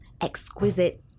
exquisite